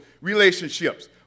relationships